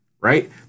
right